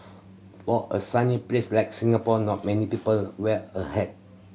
for a sunny place like Singapore not many people wear a hat